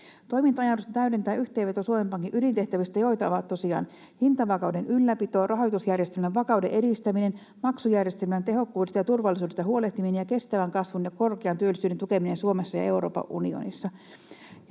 Toimintoja täydentää yhteenveto Suomen Pankin ydintehtävistä, joita ovat tosiaan hintavakauden ylläpito, rahoitusjärjestelmän vakauden edistäminen, maksujärjestelmän tehokkuudesta ja turvallisuudesta huolehtiminen sekä kestävän kasvun ja korkean työllisyyden tukeminen Suomessa ja Euroopan unionissa.